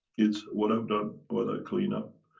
it's what i've done, what i clean up.